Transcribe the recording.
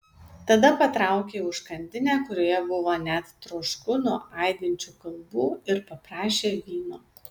tada patraukė į užkandinę kurioje buvo net trošku nuo aidinčių kalbų ir paprašė vyno